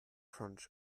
crunch